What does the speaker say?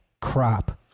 crop